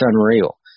unreal